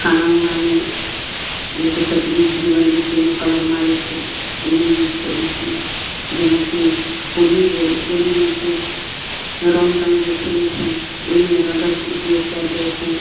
खाना उनामे जैसे कचरी उचरी बनबै छी ओहिमे कलर मारै छै ओहिमे यूज करै छी जेनाकि होली भेल होलीमे खूब रंग तंग जे खेलै छै ओहिमे रंगक उपयोग कयल जाइ छै